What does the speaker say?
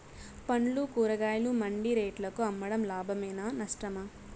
పండ్లు కూరగాయలు మండి రేట్లకు అమ్మడం లాభమేనా నష్టమా?